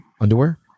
underwear